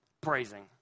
praising